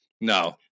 No